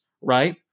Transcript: right